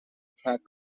track